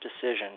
decision